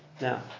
Now